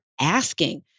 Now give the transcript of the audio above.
asking